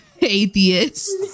Atheist